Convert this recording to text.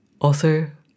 author